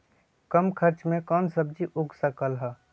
कम खर्च मे कौन सब्जी उग सकल ह?